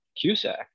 Cusack